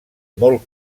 molt